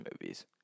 movies